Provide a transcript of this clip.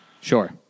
sure